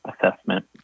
assessment